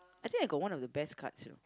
I think I got one of the best cards you know